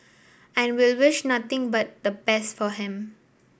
and we'll wish nothing but the best for him